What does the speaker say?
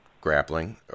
grappling